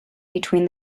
between